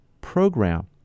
program